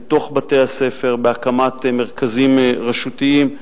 בתוך בתי-הספר, בהקמת מרכזים רשותיים,